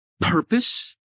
purpose